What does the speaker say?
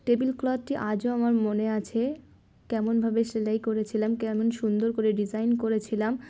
table cloth টি আজও আমার মনে আছে কেমনভাবে সেলাই করেছিলাম কেমন সুন্দর করে ডিজাইন করেছিলাম